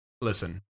listen